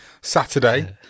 Saturday